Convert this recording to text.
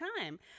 time